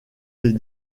les